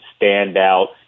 standout